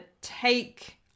take